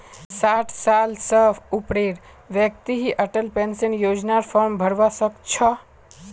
साठ साल स ऊपरेर व्यक्ति ही अटल पेन्शन योजनार फार्म भरवा सक छह